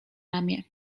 ramię